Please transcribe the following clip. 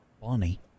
Barney